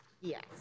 Yes